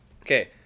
Okay